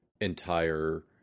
entire